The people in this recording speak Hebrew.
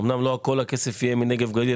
אמנם לא כל הכסף יהיה מנגב גליל,